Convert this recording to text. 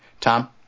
Tom